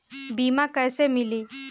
बीमा कैसे मिली?